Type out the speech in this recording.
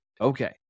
Okay